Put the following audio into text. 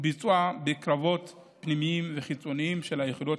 ביצוע בקרות פנימיות וחיצוניות של היחידות